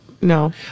No